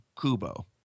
Kubo